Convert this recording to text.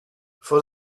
for